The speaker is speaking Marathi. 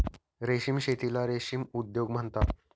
रेशीम शेतीला रेशीम उद्योग म्हणतात